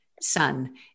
son